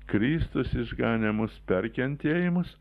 kristus išganė mus per kentėjimus